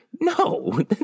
no